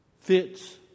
fits